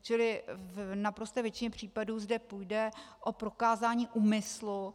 Čili v naprosté většině případů zde půjde o prokázání úmyslu.